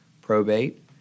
probate